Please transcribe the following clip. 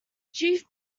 chief